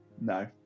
no